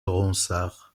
ronsard